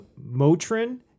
Motrin